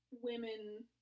Women